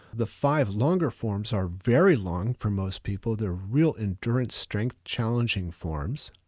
the five longer forms are very long for most people, they're real endurance strength, challenging forms.